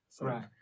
right